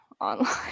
online